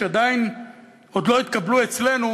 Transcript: שעדיין לא התקבלו אצלנו,